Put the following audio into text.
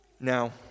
Now